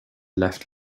left